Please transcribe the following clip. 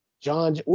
John